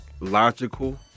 logical